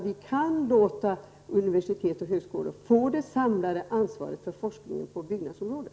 Vi borde låta universitet och högskolor få det samlade ansvaret för forskningen på byggnadsområdet.